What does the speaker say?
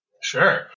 Sure